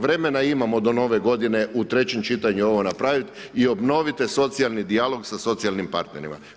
Vremena imamo do nove godine u trećem čitanju ovo napravit i obnovite socijalni dijalog sa socijalnim partnerima.